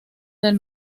del